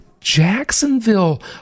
Jacksonville